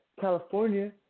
California